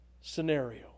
scenario